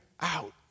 out